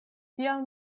tial